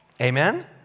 Amen